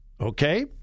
okay